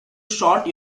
sort